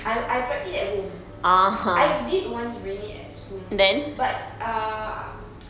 I I practise at home I did once bring it at school but uh